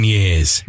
Years